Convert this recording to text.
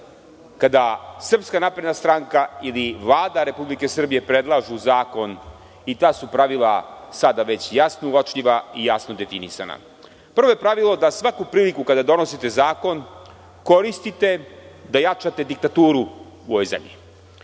neka pravila kada SNS ili Vlada Republike Srbije predlažu zakon i ta su pravila sada već jasno uočljiva i jasno definisana. Prvo pravilo je da svaku priliku kada donosite zakon koristite da jačate diktaturu u ovoj zemlji. Drugo